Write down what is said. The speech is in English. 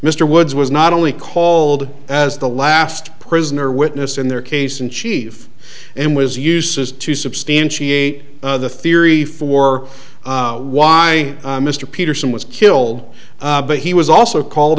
mr woods was not only called as the last prisoner witness in their case in chief and was uses to substantiate the theory for why mr peterson was killed but he was also called